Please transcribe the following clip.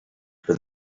for